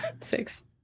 Six